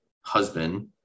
husband